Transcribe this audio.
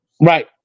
Right